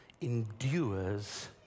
endures